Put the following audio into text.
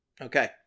Okay